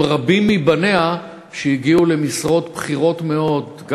עם רבים מבניה שהגיעו למשרות בכירות מאוד,